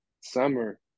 summer